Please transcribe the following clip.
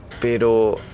Pero